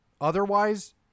otherwise